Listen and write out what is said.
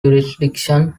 jurisdiction